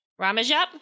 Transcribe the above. Ramajap